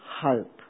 hope